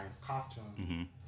costume